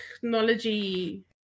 technology